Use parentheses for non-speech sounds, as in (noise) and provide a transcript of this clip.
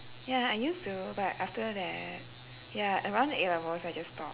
ya I used to but after (noise) ya around A levels I just stop